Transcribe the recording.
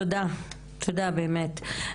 תודה באמת.